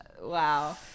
Wow